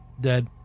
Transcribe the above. dead